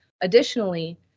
Additionally